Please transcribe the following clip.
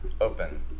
open